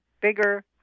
Bigger